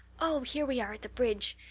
oh, here we are at the bridge.